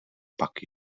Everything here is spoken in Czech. pak